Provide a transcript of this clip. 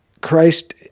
Christ